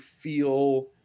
feel